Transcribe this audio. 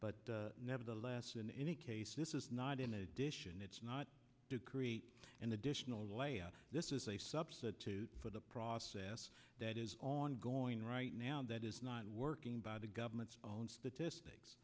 but nevertheless in any case this is not in addition it's not to create an additional layer this is a substitute for the process that is ongoing right now that is not working by the government's own statistics